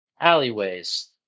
alleyways